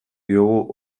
diogu